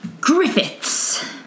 Griffiths